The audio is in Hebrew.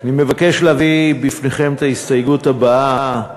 אני מבקש להביא בפניכם את ההסתייגות הבאה: